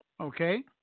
Okay